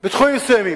בתחומים מסוימים.